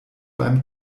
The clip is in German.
beim